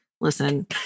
listen